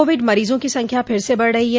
Covid मरीजों की संख्या फिर से बढ़ रही है